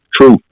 True